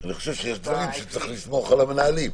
אני חושב שיש דברים שצריך לסמוך על המנהלים,